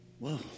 Whoa